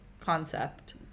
concept